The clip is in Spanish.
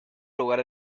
lugar